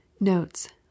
notes